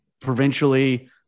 provincially